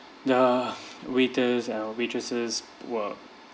the waiters and waitresses were